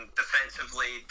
defensively